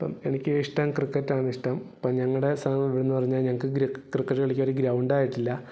അപ്പം എനിക്ക് ഇഷ്ടം ക്രിക്കറ്റാണ് ഇഷ്ടം അപ്പോൾ ഞങ്ങളുടെ പറഞ്ഞു കഴിഞ്ഞാൽ ഞങ്ങൾക്ക് ക്രിക്കറ്റ് കളിക്കാൻ ഒരു ഗ്രൗണ്ടായിട്ടില്ല